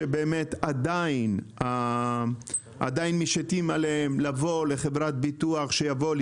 שעדיין משיתים עליהם לבוא לחברת ביטוח שיבואו